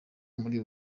muri